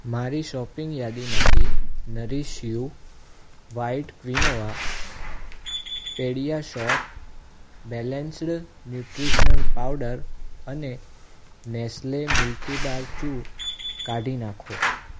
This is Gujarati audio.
મારી શોપિંગ યાદીમાંથી nourish you white quinoa PediaSure balanced nutritional powder અને નેસ્લે મિલ્કીબાર ચૂ કાઢી નાંખો